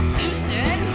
Houston